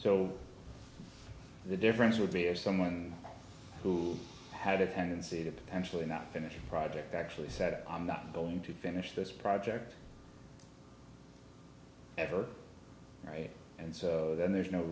so the difference would be if someone who had a tendency to potentially not finish a project actually said i'm not going to finish this project ever and so then there's no